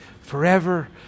forever